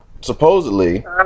supposedly